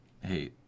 hey